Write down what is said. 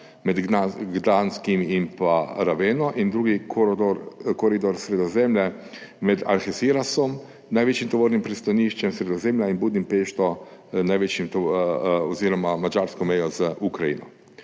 med Gdanskom in Raveno, in drugi koridor, koridor Sredozemlje, med Algecirasom, največjim tovornim pristaniščem Sredozemlja, in Budimpešto oziroma madžarsko mejo z Ukrajino.